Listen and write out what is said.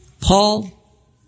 Paul